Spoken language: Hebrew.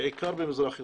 בעיקר במזרח ירושלים,